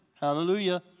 Hallelujah